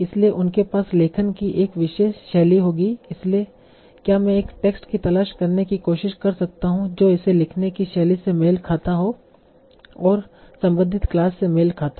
इसलिए उनके पास लेखन की एक विशेष शैली होगी इसलिए क्या मैं एक टेक्स्ट की तलाश करने की कोशिश कर सकता हूं जो इसे लिखने की शैली से मेल खाता हो और संबंधित क्लास से मेल खाता हो